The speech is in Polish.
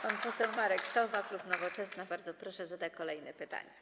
Pan poseł Marek Sowa, klub Nowoczesna, bardzo proszę, zada kolejne pytanie.